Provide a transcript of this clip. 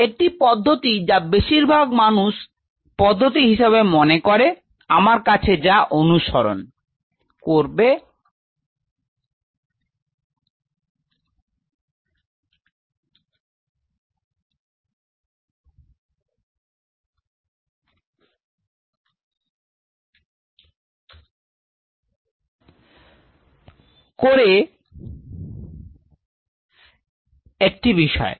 একটি পদ্ধতি যা বেশিরভাগ মানুষ পদ্ধতি হিসেবে মনে করে আমার কাছে যা অনুসরণ Refer Time 2556 করে একটি বিষয়